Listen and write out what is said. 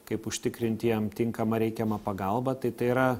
kaip užtikrinti jiem tinkamą reikiamą pagalbą tai tai yra